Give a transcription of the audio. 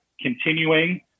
continuing